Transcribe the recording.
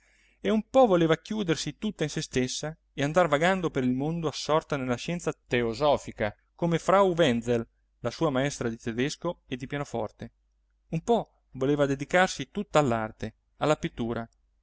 e un po voleva chiudersi tutta in se stessa e andar vagando per il mondo assorta nella scienza teosofica come frau wenzel la sua maestra di tedesco e di pianoforte un po voleva dedicarsi tutta all'arte alla pittura